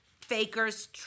fakers